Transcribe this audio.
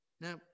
Now